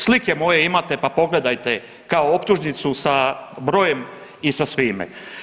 Slike moje imate pa pogledajte kao optužnicu sa brojem i sa svime.